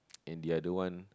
and the other one